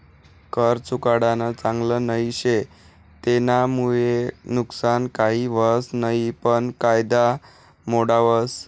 कर चुकाडानं चांगल नई शे, तेनामुये नुकसान काही व्हस नयी पन कायदा मोडावस